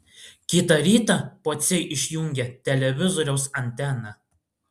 kitą rytą pociai išjungė televizoriaus anteną